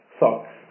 socks